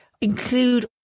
include